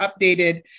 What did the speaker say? updated